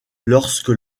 lorsque